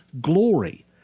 glory